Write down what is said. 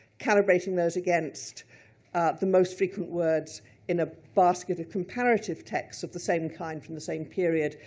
calibrating those against ah the most frequent words in a basket of comparative texts of the same kind, from the same period.